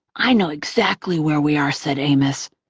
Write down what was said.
i know exactly where we are, said amos.